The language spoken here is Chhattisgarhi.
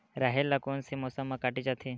राहेर ल कोन से मौसम म काटे जाथे?